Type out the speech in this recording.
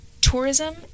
tourism